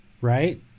right